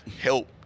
help